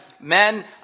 men